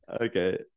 Okay